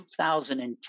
2010